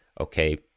Okay